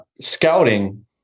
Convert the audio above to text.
scouting